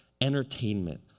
entertainment